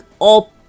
up